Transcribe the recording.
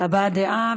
הבעת דעה.